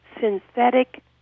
synthetic